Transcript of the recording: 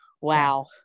wow